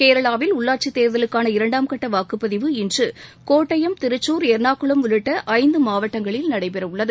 கேரளாவில் உள்ளாட்சித் தேர்தலுக்கான இரண்டாம் கட்ட வாக்குப்பதிவு இன்று கோட்டயம் திருச்சூர் எர்ணாக்குளம் உள்ளிட்ட ஐந்து மாவட்டங்களில் நடைபெற உள்ளது